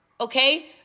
okay